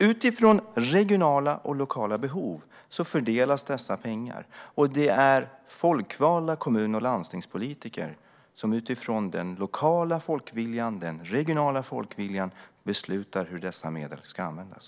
Utifrån regionala och lokala behov fördelas dessa pengar, och det är folkvalda kommun och landstingspolitiker som utifrån den lokala och regionala folkviljan beslutar om hur dessa medel ska användas.